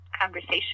conversation